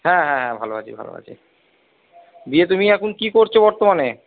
হ্যাঁ হ্যাঁ হ্যাঁ ভালো আছি ভালো আছি দিয়ে তুমি এখন কি করছো বর্তমানে